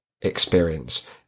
experience